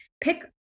pick